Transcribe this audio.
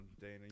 Dana